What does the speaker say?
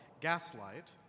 Gaslight